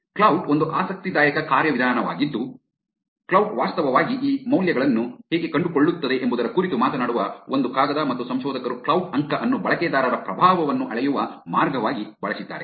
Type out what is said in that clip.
Klout ಒಂದು ಆಸಕ್ತಿದಾಯಕ ಕಾರ್ಯವಿಧಾನವಾಗಿದ್ದು ಕ್ಲಾವ್ಟ್ ವಾಸ್ತವವಾಗಿ ಈ ಮೌಲ್ಯಗಳನ್ನು ಹೇಗೆ ಕಂಡುಕೊಳ್ಳುತ್ತದೆ ಎಂಬುದರ ಕುರಿತು ಮಾತನಾಡುವ ಒಂದು ಕಾಗದ ಮತ್ತು ಸಂಶೋಧಕರು ಕ್ಲಾವ್ಟ್ ಅಂಕ ಅನ್ನು ಬಳಕೆದಾರರ ಪ್ರಭಾವವನ್ನು ಅಳೆಯುವ ಮಾರ್ಗವಾಗಿ ಬಳಸಿದ್ದಾರೆ